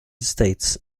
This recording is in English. states